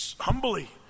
Humbly